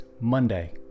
Monday